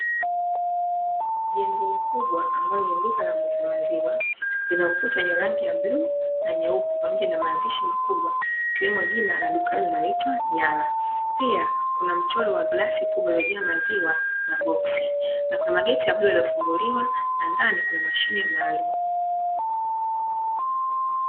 Jengo kubwa ambalo ni duka la muuza maziwa, lina ukuta wenye rangi ya buluu na nyeupe pamoja na maandishi makubwa ikiwemo jina la duka hilo linaitwa "Nyala". Pia kunamchoro wa glasi kubwa iliyo jaa maziwa na boksi, nakuna mageti makubwa yaliyofunguliwa na ndani kuna mashine maalumu.